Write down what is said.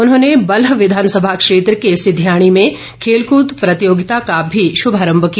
उन्होंने बल्ह विधानसभा क्षेत्र के सिध्याणी में खेलकूद प्रतियोगिता का भी शुभारंभ किया